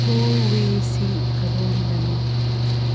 ꯍꯣꯜꯋꯦꯁꯤ ꯀꯗꯣꯝꯗꯅꯣ